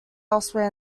elsewhere